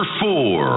four